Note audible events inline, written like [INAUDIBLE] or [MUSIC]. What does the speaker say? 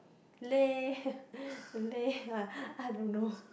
leh [LAUGHS] leh [LAUGHS] [wah] I don't know